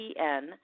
PN